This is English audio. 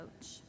coach